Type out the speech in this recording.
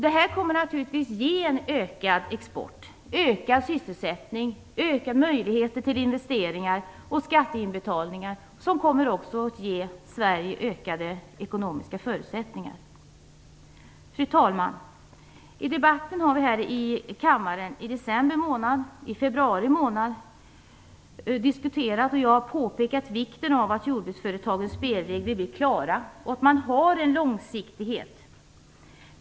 Det kommer naturligtvis att ge en ökad export, ökad sysselsättning, ökade möjligheter till investeringar och till skatteinbetalningar som också kommer att ge Sverige ökade ekonomiska förutsättningar. Fru talman! I debatten har vi här i kammaren i december månad och i februari månad diskuterat, och jag har påpekat, vikten av att jordbruksföretagens spelregler blir klara och att man har en långsiktighet.